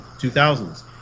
2000s